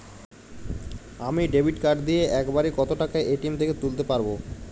আমি debit card দিয়ে এক বারে কত টাকা এ.টি.এম থেকে তুলতে পারবো?